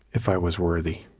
if i was worthy,